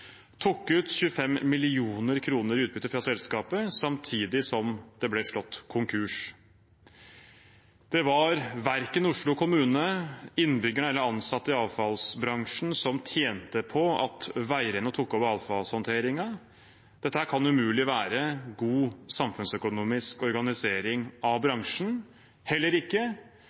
utbytte fra selskapet samtidig som det ble slått konkurs. Det var verken Oslo kommune, innbyggerne eller ansatte i avfallsbransjen som tjente på at Veireno tok over avfallshåndteringen. Dette kan umulig være god samfunnsøkonomisk organisering av bransjen – heller ikke